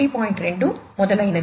2 మొదలైనవి